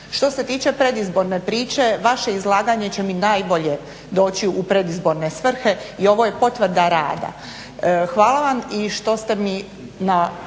Što se tiče predizborne priče vaše izlaganje će mi najbolje doći u predizborne svrhe i ovo je potvrda rada. Hvala vam i što ste mi, na